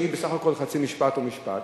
שהיא בסך הכול חצי משפט או משפט,